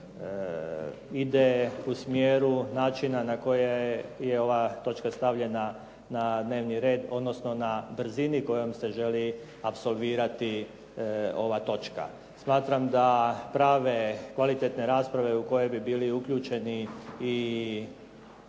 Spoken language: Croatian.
ide u smjeru načina na koji je ova točka stavljena na dnevni red odnosno na brzini kojom se želi apsolvirati ova točka. Smatram da prave kvalitetne rasprave u kojoj bi bili uključeni i